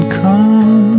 come